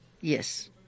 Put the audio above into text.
yes